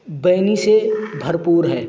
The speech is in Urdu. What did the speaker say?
بینی سے بھرپور ہے